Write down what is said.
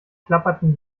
klapperten